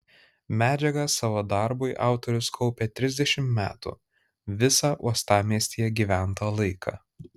medžiagą savo darbui autorius kaupė trisdešimt metų visą uostamiestyje gyventą laiką